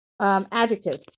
Adjective